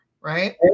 Right